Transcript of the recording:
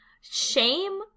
shame